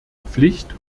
pflicht